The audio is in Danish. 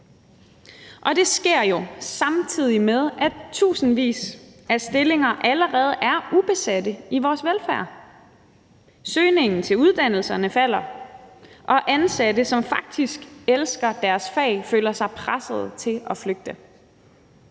og det sker jo, samtidig med at tusindvis af stillinger allerede er ubesatte i vores velfærdssystem. Søgningen til uddannelserne falder, og ansatte, som faktisk elsker deres fag, føler sig pressede til at flygte.